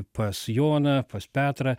pas joną pas petrą